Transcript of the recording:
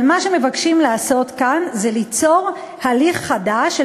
אבל מה שמבקשים לעשות כאן זה ליצור הליך חדש של